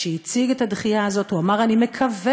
כשהוא הציג את הדחייה הזאת הוא אמר: אני מקווה